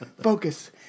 Focus